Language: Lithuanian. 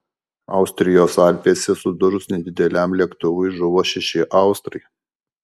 austrijos alpėse sudužus nedideliam lėktuvui žuvo šeši austrai